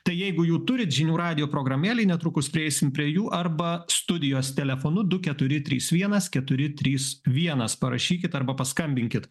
tai jeigu jų turit žinių radijo programėlėj netrukus prieisim prie jų arba studijos telefonu du keturi trys vienas keturi trys vienas parašykit arba paskambinkit